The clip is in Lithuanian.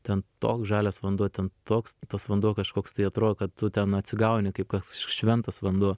ten toks žalias vanduo ten toks tas vanduo kažkoks tai atrod kad tu ten atsigauni kaip koks š šventas vanduo